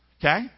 Okay